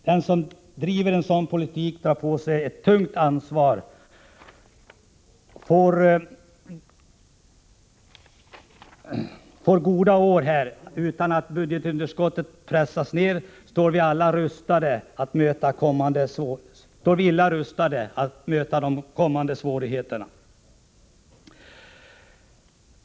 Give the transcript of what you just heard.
Den som driver en sådan politik tar på sig ett tungt ansvar. Om goda år får gå utan att budgetunderskottet pressas ned, står vi illa rustade när det gäller att möta kommande svårigheter.